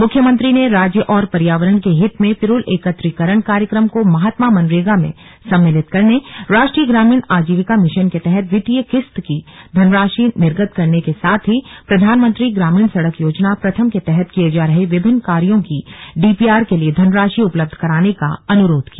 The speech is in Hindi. मुख्यमंत्री ने राज्य और पर्यावरण के हित में पिरूल एकत्रीकरण कार्यक्रम को महात्मा मनरेगा में सम्मिलित करने राष्ट्रीय ग्रामीण आजीविका मिशन के तहत द्वितीय किस्त की धनराशि निर्गत करने के साथ ही प्रधानमंत्री ग्रामीण सड़क योजना प्रथम के तहत किये जा रहे विभिन्न कार्यों की डीपीआर के लिए धनराशि उपलब्ध कराने का अनुरोध किया